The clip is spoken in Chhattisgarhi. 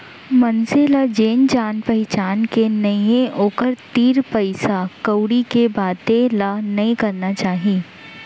मनसे ल जेन जान पहिचान के नइये ओकर तीर पइसा कउड़ी के बाते ल नइ करना चाही